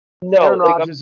No